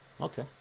Okay